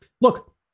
Look